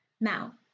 Now